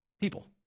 people